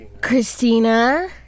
Christina